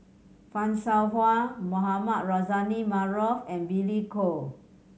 Fan Shao Hua Mohamed Rozani Maarof and Billy Koh